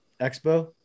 expo